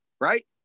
right